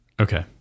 Okay